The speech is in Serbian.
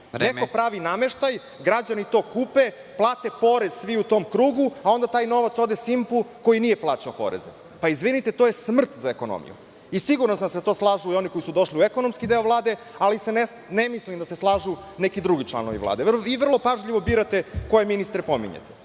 pravi nameštaj, građani to kupe, plate porez svi u tom krugu, a onda taj novac ode „Simpu“ koji nije plaćao porez. Izvinite, to je smrt za ekonomiju. Siguran sam da se slažu i oni koji su došli u ekonomski deo Vlade, ali ne mislim da se slažu neki drugi članovi Vlade. Vi vrlo pažljivo birate koje ministre pominjete.